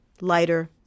lighter